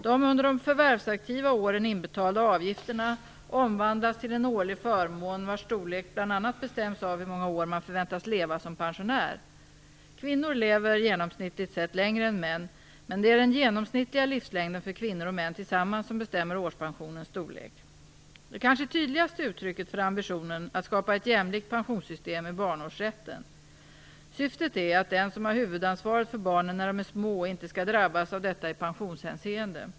De under de förvärvsaktiva åren inbetalda avgifterna omvandlas till en årlig förmån vars storlek bl.a. bestäms av hur många år man förväntas leva som pensionär. Kvinnor lever genomsnittligt sett längre än män, men det är den genomsnittliga livslängden för kvinnor och män tillsammans som bestämmer årspensionens storlek. Det kanske tydligaste uttrycket för ambitionen att skapa ett jämlikt pensionssystem är barnårsrätten. Syftet är att den som har huvudansvaret för barnen när de är små inte skall drabbas av detta i pensionshänseende.